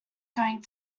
going